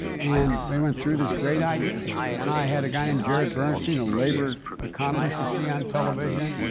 and we went through this great idea. and i had a guy named jared bernstein, a labor economist you see on television.